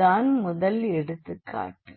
அதுதான் முதல் எடுத்துக்காட்டு